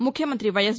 ముఖ్యమంత్రి వైఎస్